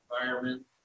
environment